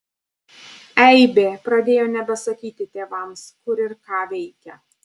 eibė pradėjo nebesakyti tėvams kur ir ką veikia